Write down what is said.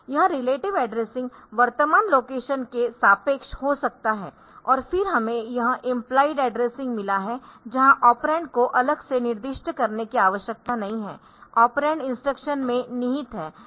यह relative addressing वर्तमान location के सापेक्ष हो सकता है और फिर हमें यह इम्प्लॉइड एड्रेसिंग मिला है जहां ऑपरेंड को अलग से निर्दिष्ट करने की आवश्यकता नहीं हैऑपरेंड इंस्ट्रक्शन में निहित है